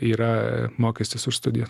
yra mokestis už studijas